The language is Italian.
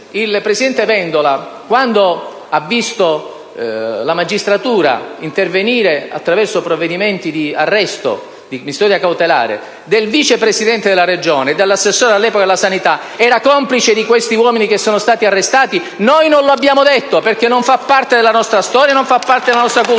il presidente Vendola, quando ha visto la magistratura intervenire attraverso provvedimenti di custodia cautelare del vice presidente della Regione e dell'assessore all'epoca alla sanità, era complice di questi uomini che sono stati arrestati? Noi non lo abbiamo detto, perché non fa parte della nostra storia e non fa parte della nostra cultura.